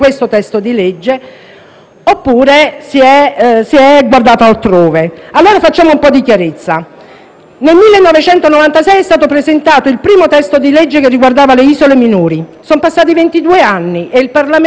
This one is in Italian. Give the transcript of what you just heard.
oppure si è guardato altrove. Forse, allora, è il caso di fare un po' di chiarezza. Nel 1996 è stato presentato il primo testo di legge che riguardava le isole minori; sono passati ventidue anni e il Parlamento non ha avuto